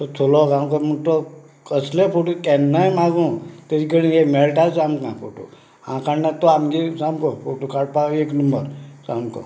म्हूण तो कसलोय फोटो केन्नाय मागूं ताजे कडेन ते मेळटाच आमकां फोटो हांव काडना तो आमगे सामको फोटो काडपाक एक नंबर सामको